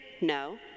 No